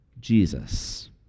Jesus